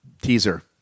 Teaser